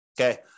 Okay